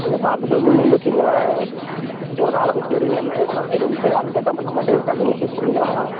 அங்கே பார்த்துட்டு வந்திருந்தீங்கன்னு வச்சுங்களேன் உங்களுக்கு அளவு தெரியும் என்ன எவ்வளோ வேணுன்ட்டு அதுக்கேற்ற மாதிரி நம்மகிட்ட இருக்கான்னு நீங்கள் செக் பண்ணிக்கலாம்